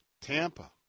Tampa